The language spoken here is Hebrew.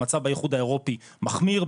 המצב באיחוד האירופאי מחמיר,